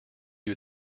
you